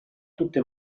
tutte